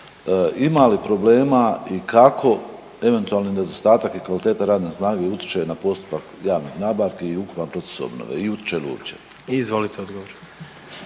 Ima li problema i kako eventualni nedostatak i kvaliteta radne snage utječe na postupak javnih nabavke i ukupan proces obnove i utječe li uopće?